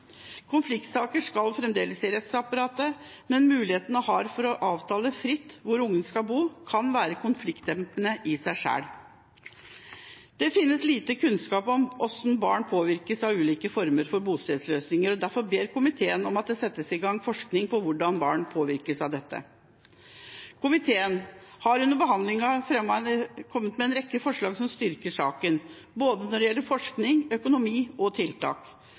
Konfliktsaker skal fremdeles i rettsapparatet, men muligheten en har for å avtale fritt hvor barnet skal bo, kan være konfliktdempende i seg selv. Det finnes lite kunnskap om hvordan barn påvirkes av ulike former for bostedsløsninger, og derfor ber komiteen om at det settes i gang forskning på hvordan barn påvirkes av dette. Komiteen har under behandlingen kommet med en rekke forslag som styrker saken, både når det gjelder forskning, økonomi og tiltak.